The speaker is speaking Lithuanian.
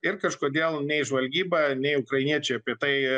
ir kažkodėl nei žvalgyba nei ukrainiečiai apie tai